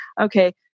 okay